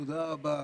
תודה רבה.